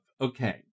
Okay